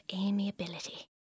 amiability